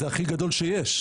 זה הכי גדול שיש.